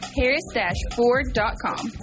harris-ford.com